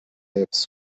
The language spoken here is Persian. حفظ